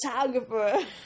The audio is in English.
photographer